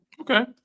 Okay